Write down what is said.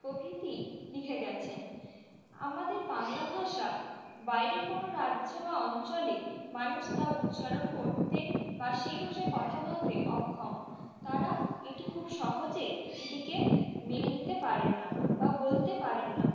প্রভৃতি লিখে গেছেন আমাদের বাংলা ভাষা বাইরের কোনো রাজ্য বা অঞ্চলে মানুষ তা উচ্চারণ করতে বা সেই ভাষায় কথা বলতে অক্ষম তারা এটি খুব সহজে এটিকে মেনে নিতে পারেন না বা বলতে পারেন না